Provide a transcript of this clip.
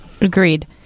Agreed